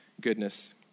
goodness